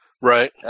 Right